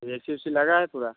ए C ओसी लगा है पूरा